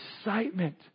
excitement